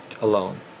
alone